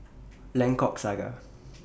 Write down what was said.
Lengkok Saga